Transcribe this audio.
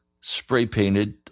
spray-painted